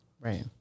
right